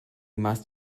must